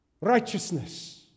Righteousness